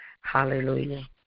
Hallelujah